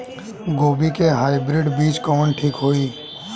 गोभी के हाईब्रिड बीज कवन ठीक होई?